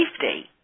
safety